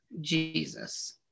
Jesus